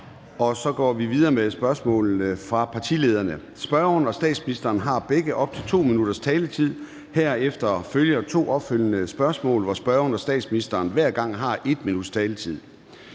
og så går vi videre med spørgsmålene fra partilederne. Spørgeren og statsministeren har begge op til 2 minutters taletid. Herefter følger to opfølgende spørgsmål, hvor spørgeren og statsministeren hver gang har 1 minuts taletid.